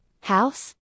House